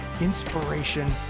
inspiration